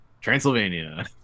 Transylvania